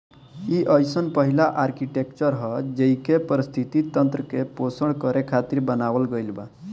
इ अइसन पहिला आर्कीटेक्चर ह जेइके पारिस्थिति तंत्र के पोषण करे खातिर बनावल गईल बा